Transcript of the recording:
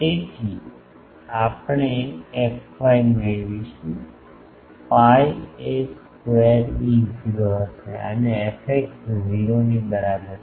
તેથી આપણે fy મેળવીશું pi a square E0 હશે અને fx 0 ની બરાબર છે